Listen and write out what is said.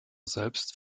selbst